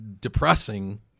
depressing